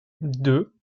deux